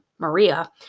Maria